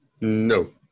No